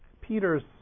Peter's